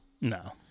no